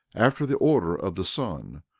after the order of the son,